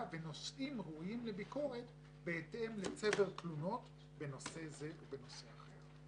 בנושאים ראויים לביקורת בהתאם לצבר תלונות בנושא זה ובנושא אחר.